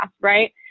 right